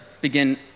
begin